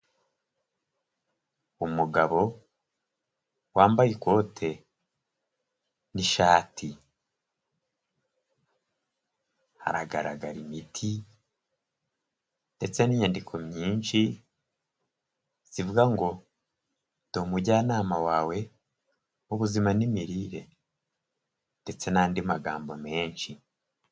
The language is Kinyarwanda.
Umugabo wambaye ikote n'ishati. Haragaragara imiti ndetse n'inyandiko nyinshi, zivuga ngo ndi umujyanama wawe ubuzima n'imirire ndetse n'andi magambo menshi.